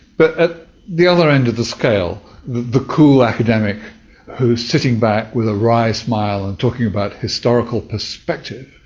but at the other end of the scale, the cool academic who's sitting back with a wry smile and talking about historical perspective,